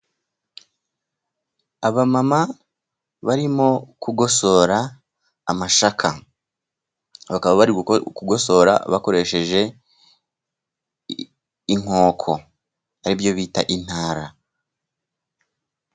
Abamama barimo kugosora amasaka. Bakaba bari kugosora bakoresheje inkoko, aribyo bita intara.